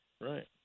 Right